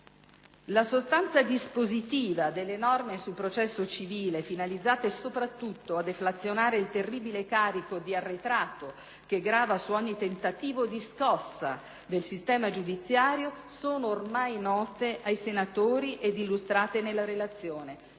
La sostanza dispositiva delle norme sul processo civile, finalizzate soprattutto a deflazionare il terribile carico di arretrato che grava su ogni tentativo di scossa del sistema giudiziario, sono ormai note ai senatori ed illustrate nella relazione.